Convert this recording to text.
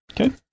Okay